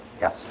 Yes